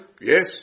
yes